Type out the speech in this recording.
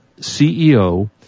CEO